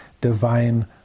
divine